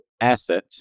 asset